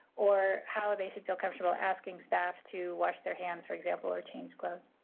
or how they should feel comfortable asking staff to wash their hands, for example, or change clothes?